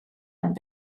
and